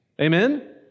Amen